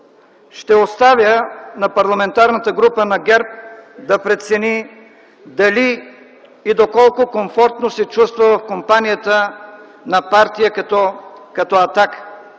Ще оставя на Парламентарната група на ГЕРБ да прецени дали и доколко комфортно се чувства в компанията на партия като „Атака”,